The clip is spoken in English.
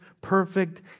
perfect